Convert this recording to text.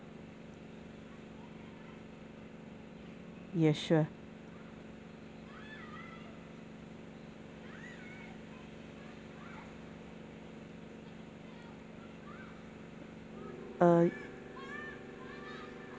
yeah sure uh